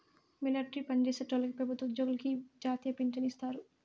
military పన్జేసేటోల్లకి పెబుత్వ ఉజ్జోగులకి ఈ జాతీయ పించను ఇత్తారు